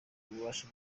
ububasha